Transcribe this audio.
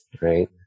right